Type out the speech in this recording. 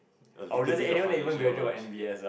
a little bit of financial knowledge